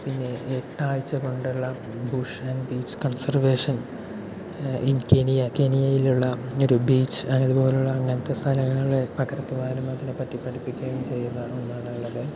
പിന്നെ എട്ട് ആഴ്ച കൊണ്ടുള്ള ocean beach conservation in Kenya കെന്യയിലുള്ള ഉള്ള ഒരു ബീച്ച് അതുപോലുള്ള അങ്ങനത്തെ സ്ഥലങ്ങൾ പകർത്തുവാനും അതിനെ പറ്റി പഠിപ്പിക്കുകയും ചെയ്യുന്നതാണ് ഉള്ളത്